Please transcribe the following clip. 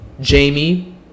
Jamie